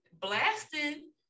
blasting